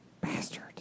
bastard